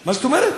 מה זאת אומרת?